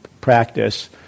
practice